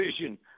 vision